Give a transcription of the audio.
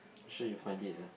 sure you find it ah